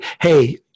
hey